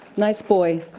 nice boy.